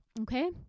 okay